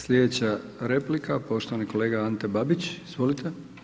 Slijedeća replika, poštovani kolega Ante Babić, izvolite.